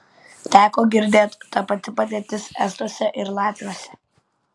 teko girdėt ta pati padėtis estuose ir latviuose